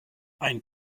ein